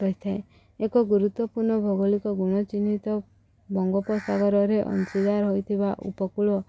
ରହିଥାଏ ଏକ ଗୁରୁତ୍ୱପୂର୍ଣ୍ଣ ଭୌଗୋଳିକ ଗୁଣ ଚିହ୍ନିତ ବଙ୍ଗୋପୋସାଗରରେ ଅଂଶୀଦାର ହୋଇଥିବା ଉପକୂଳ